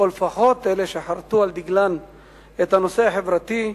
או לפחות אלה שחרתו על דגלן את הנושא החברתי,